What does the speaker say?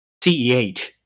CEH